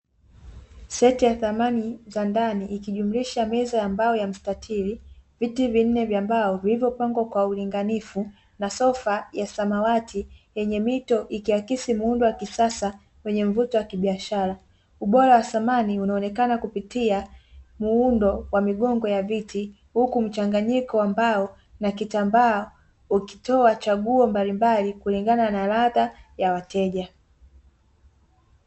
Seti ya samani za ndani ikijumlisha meza ya mbao ya mstatili, viti vinne vya mbao vilivyopangwa kwa ulinganifu na sofa ya samawati yenye mito ikiakisi muundo wa kisasa wenye mvuto wa kibiashara. Ubora wa samani unaonekana kupitia muundo wa migongo ya viti, huku mchanganyiko wa mbao na kitambaa ukitoa chaguo mbalimbali kulingana na ladha ya wateja.